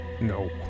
No